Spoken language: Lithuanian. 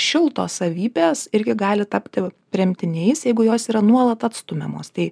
šiltos savybės irgi gali tapti tremtiniais jeigu jos yra nuolat atstumiamos tai